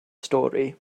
stori